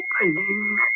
Opening